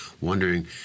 wondering